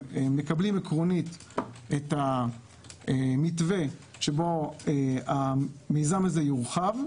מקבלים עקרונית את המתווה שבו המיזם הזה יורחב,